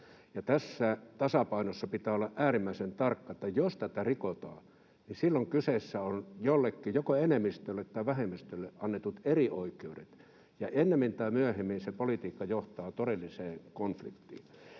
Tässä tasapainossa pitää olla äärimmäisen tarkka: jos tätä rikotaan, niin silloin kyseessä ovat jollekin, joko enemmistölle tai vähemmistölle, annetut erioikeudet, ja ennemmin tai myöhemmin se politiikka johtaa todelliseen konfliktiin.